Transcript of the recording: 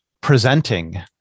presenting